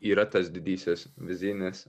yra tas didysis viziris